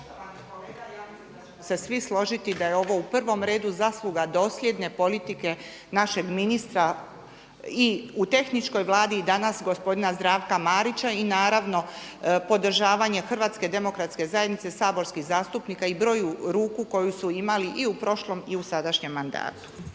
… složiti da je ovo u prvom redu zasluga dosljedne politike našeg ministra i u tehničkoj Vladi i danas gospodina Zdravka Marića i naravno podržavanje HDZ-a, saborskih zastupnik i broju ruku koju su imali i u prošlom i u sadašnjem mandatu.